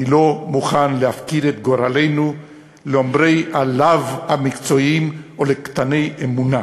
אני לא מוכן להפקיר את גורלנו לאומרי הלאו המקצועיים או לקטני אמונה.